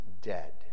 dead